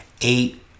eight